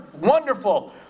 wonderful